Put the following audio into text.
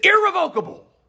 irrevocable